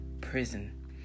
prison